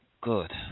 good